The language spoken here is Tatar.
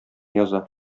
яза